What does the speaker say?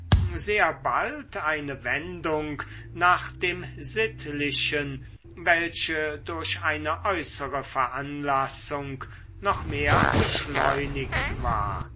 sehr bald eine wendung nach dem sittlichen welche durch eine äußere veranlassung noch mehr beschleunigt ward